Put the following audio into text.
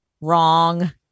Wrong